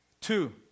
two